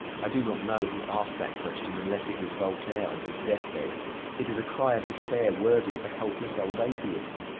i do not know who asked that question, unless it was voltaire on his death-bed it is a cry of despair worthy of a helpless old atheist.